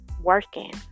working